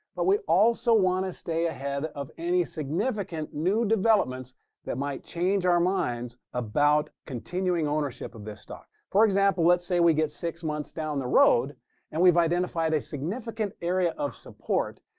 but we also want to stay ahead of any significant new developments that might change our minds about continuing ownership of this stock. for example, let's say we get six months down the road and we've identified a significant area of support,